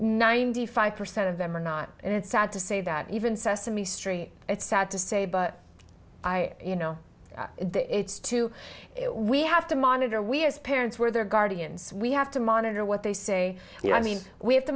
ninety five percent of them are not and it's sad to say that even sesame street it's sad to say but i you know it's to we have to monitor we as parents where their guardians we have to monitor what they say and i mean we have to